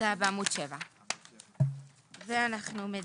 התיקון הבא בעמוד 16 והוא תיקון